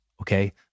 okay